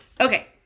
Okay